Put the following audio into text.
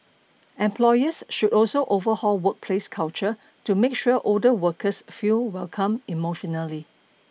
employers should also overhaul workplace culture to make sure older workers feel welcome emotionally